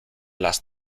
las